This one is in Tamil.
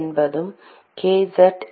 என்பது kz